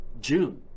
June